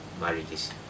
marriages